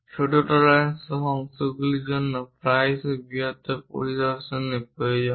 ছোট টলারেন্স সহ অংশগুলির জন্য প্রায়শই বৃহত্তর পরিদর্শনের প্রয়োজন হয়